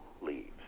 leaves